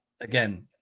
Again